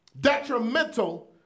detrimental